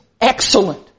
excellent